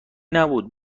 نبود